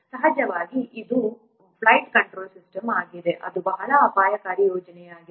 ಸಹಜವಾಗಿ ಇದು ವಿಫ್ಲೈಟ್ ಕಂಟ್ರೋಲ್ ಸಿಸ್ಟಮ್ ಆಗಿದೆ ಅದು ಬಹಳ ಅಪಾಯಕಾರಿ ಯೋಜನೆಯಾಗಿದೆ